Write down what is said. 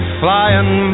flying